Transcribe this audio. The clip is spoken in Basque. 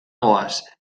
goaz